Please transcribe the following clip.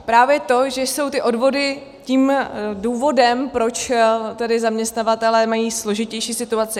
Právě to, že jsou ty odvody tím důvodem, proč tedy zaměstnavatelé mají složitější situaci.